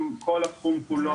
כל התחום, כולו,